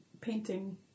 painting